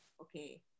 okay